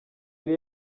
yari